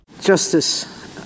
Justice